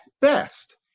best